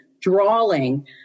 drawing